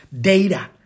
data